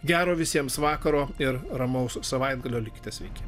gero visiems vakaro ir ramaus savaitgalio likite sveiki